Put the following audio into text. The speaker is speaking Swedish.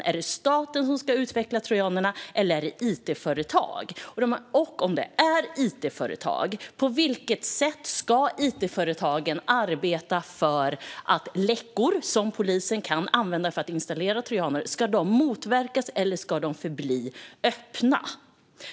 Är det staten som ska utveckla trojanerna, eller är det it-företag? Om det är it-företag undrar jag: På vilket sätt ska it-företagen arbeta när det gäller läckor, som polisen kan använda för att installera trojaner? Ska de motverkas, eller ska de förbli öppna?